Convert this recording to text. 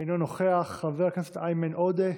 אינו נוכח, חבר הכנסת איימן עודה,